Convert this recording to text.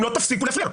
תפסיקו להפריע.